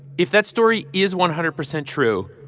if that story is one hundred percent true,